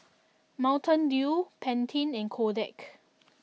Mountain Dew Pantene and Kodak